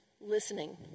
listening